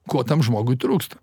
ko tam žmogui trūksta